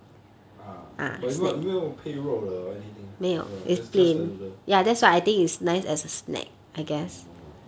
but 有没有有没有配肉 or anything 没有 ah just just the noodle